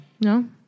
No